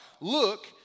look